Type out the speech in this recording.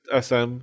SM